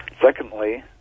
Secondly